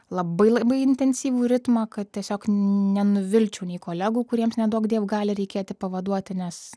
labai labai intensyvų ritmą kad tiesiog nenuvilčiau nei kolegų kuriems neduokdie gali reikėti pavaduoti nes